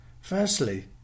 Firstly